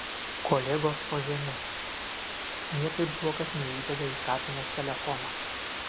kolegos po žeme niekaip zuokas neįveda į kapines telefono